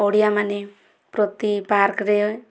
ଓଡ଼ିଆମାନେ ପ୍ରତି ପାର୍କରେ